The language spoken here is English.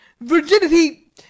Virginity